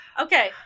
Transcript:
Okay